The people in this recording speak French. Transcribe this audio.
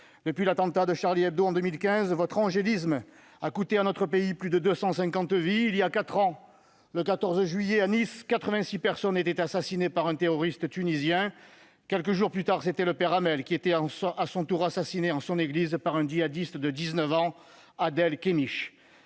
Depuis l'attentat de en 2015, votre angélisme a coûté à notre pays plus de 250 vies. Il y a quatre ans, le 14 juillet à Nice, 86 personnes étaient assassinées par un terroriste tunisien. Quelques jours plus tard, c'était le père Hamel qui était à son tour assassiné en son église par un djihadiste de 19 ans, Adel Kermiche.